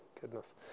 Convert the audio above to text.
goodness